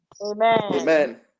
Amen